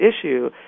issue